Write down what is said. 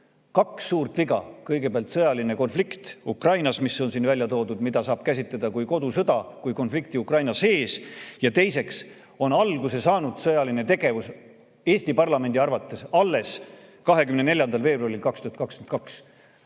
..."Kaks suurt viga. Kõigepealt sõjaline konflikt Ukrainas, mis on siin välja toodud, mida saab käsitleda kui kodusõda, kui konflikti Ukraina sees. Ja teiseks on sõjaline tegevus Eesti parlamendi arvates alguse saanud alles 24. veebruaril 2022.